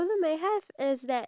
iya